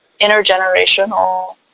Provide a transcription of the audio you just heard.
intergenerational